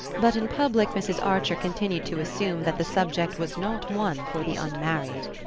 but in public mrs. archer continued to assume that the subject was not one for the unmarried.